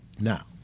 Now